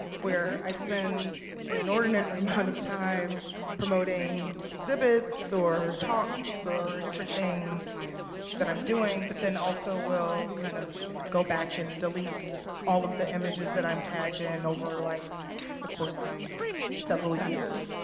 where i spend an inordinate amount of time promoting exhibits or talks or different things that i'm doing but then also will kind of go back and delete all of the images that i'm tagged in over like the course of several years.